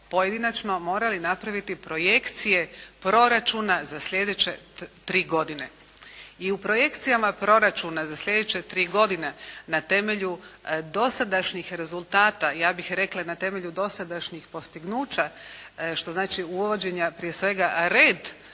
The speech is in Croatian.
pojedinačno morali napraviti projekcije proračuna za sljedeće 3 godine. I u projekcijama proračuna za sljedeće 3 godine na temelju dosadašnjih rezultata, ja bih rekla i na temelju dosadašnjih postignuća, što znači uvođenja prije svega reda